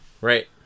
Right